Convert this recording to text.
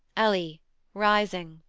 ellie rising.